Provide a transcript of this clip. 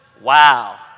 Wow